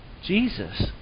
Jesus